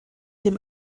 dem